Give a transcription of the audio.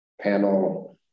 panel